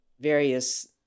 various